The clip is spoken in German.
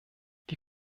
die